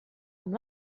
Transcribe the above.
amb